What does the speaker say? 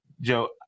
Joe